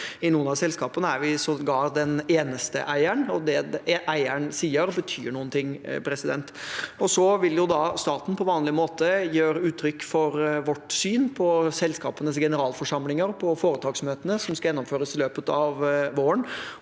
I noen av selskapene er vi sågar den eneste eieren, og det eieren sier, betyr noe. Så vil staten på vanlig måte gi uttrykk for vårt syn på selskapenes generalforsamlinger på foretaksmøtene som skal gjennomføres i løpet av våren.